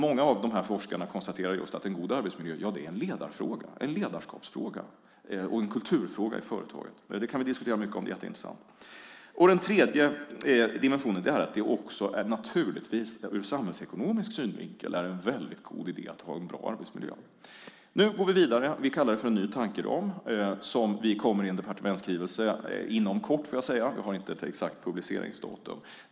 Många av forskarna konstaterade just att en god arbetsmiljö är en ledarskapsfråga och en kulturfråga i företaget. Det kan vi diskutera mycket om. Det är jätteintressant. En tredje dimension är att det naturligtvis också ur samhällsekonomisk synvinkel är en väldigt god idé att ha en bra arbetsmiljö. Nu går vi vidare med något som vi kallar för en ny tankeram i en departementsskrivelse som kommer inom kort. Jag har inte ett exakt publiceringsdatum.